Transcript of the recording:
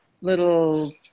little